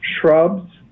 shrubs